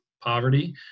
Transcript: poverty